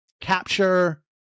capture